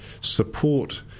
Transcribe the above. support